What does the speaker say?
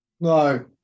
no